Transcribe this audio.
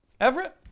Everett